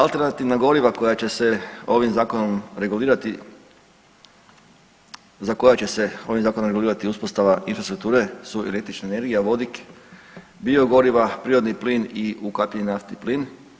Alternativna goriva koja će se ovim zakonom regulirati, za koja će se ovim zakonom regulirati uspostava infrastrukture su električna energija, vodik, biogoriva, prirodni plin i ukapljen naftni plin.